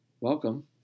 welcome